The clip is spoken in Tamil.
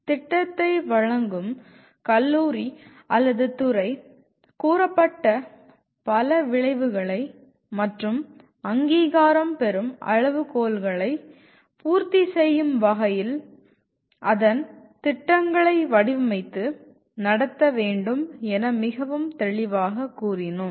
திட்டத்தை வழங்கும் கல்லூரி அல்லது துறை கூறப்பட்ட பல விளைவுகளை மற்றும் அங்கீகாரம் பெறும் அளவுகோல்களை பூர்த்தி செய்யும் வகையில் அதன் திட்டங்களை வடிவமைத்து நடத்த வேண்டும் என மிகவும் தெளிவாக கூறினோம்